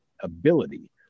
ability